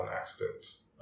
accidents